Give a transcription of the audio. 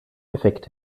effekt